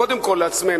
קודם כול לעצמנו,